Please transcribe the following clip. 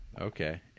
Okay